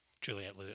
Juliet